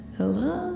Hello